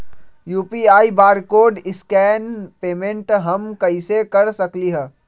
UPI barcode scan payment हम कईसे कर सकली ह?